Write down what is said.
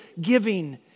giving